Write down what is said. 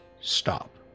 stop